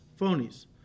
phonies